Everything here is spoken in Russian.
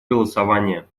голосования